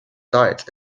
diet